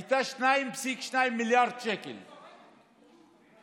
הייתה על 2.2 מיליארד שקל, והיא